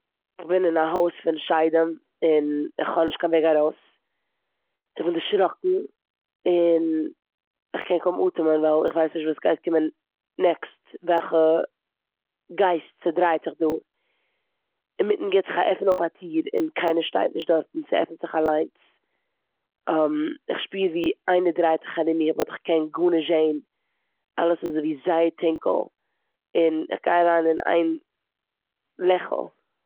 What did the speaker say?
כ'בין אין א הויז פון שדים און כ'האב נישט קיין וועג ארויס. כ'בין דערשראקן און כ'קען קוים אטעמען ווייל כ'ווייס נישט וואס גייט קומען נעקסט, וועלכע גייסט ס'דרייט זיך דא. אימיטן גיבט זיך א עפן אויף א טיר און קיינער שטייט נישט דארט און ס'עפנט זיך אליינס. כ'שפיר ווי איינער דרייט זיך ארום מיר באט כ'קען גארנישט זען. אלעס איז אזויווי זייער טונקל און כ'גיי אריין אין איין לעכל.